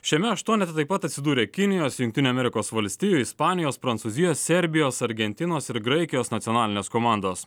šiame aštuonete taip pat atsidūrė kinijos jungtinių amerikos valstijų ispanijos prancūzijos serbijos argentinos ir graikijos nacionalinės komandos